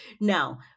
Now